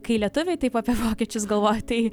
kai lietuviai taip apie vokiečius galvoja tai